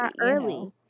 early